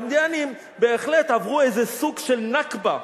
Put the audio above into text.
האינדיאנים בהחלט עברו איזה סוג של נכבה.